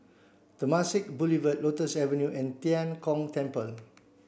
Temasek Boulevard Lotus Avenue and Tian Kong Temple